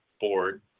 board